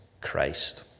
Christ